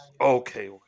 okay